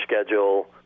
schedule